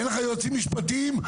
אין לך יועצים משפטיים?